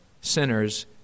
sinners